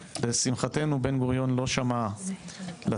ולשמחתנו בן גוריון לא שמע לסטטיסטיקאי,